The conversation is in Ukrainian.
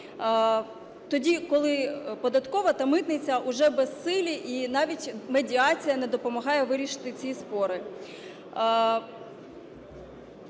тоді, коли податкова та митниця уже безсилі і навіть медіація не допомагає вирішити ці спори.